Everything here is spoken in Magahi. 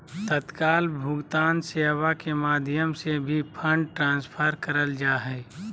तत्काल भुगतान सेवा के माध्यम से भी फंड ट्रांसफर करल जा हय